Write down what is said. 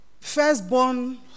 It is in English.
firstborn